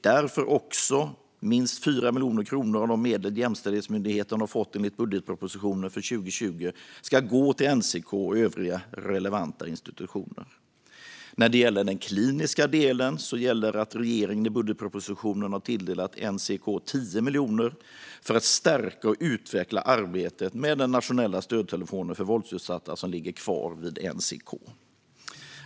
Därför ska också minst 4 miljoner kronor av de medel Jämställdhetsmyndigheten fått enligt budgetpropositionen för 2020 gå till NCK och övriga relevanta institutioner. Angående den kliniska delen gäller att regeringen i budgetpropositionen har tilldelat NCK 10 miljoner för att stärka och utveckla arbetet med den nationella stödtelefonen för våldsutsatta, som ligger kvar vid NCK.